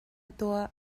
tuah